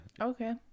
okay